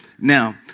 Now